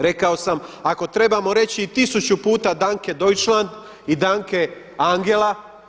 Rekao sam ako trebamo reći i tisuću puta danke Deutschland i danke Angela.